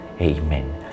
Amen